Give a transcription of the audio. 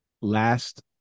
last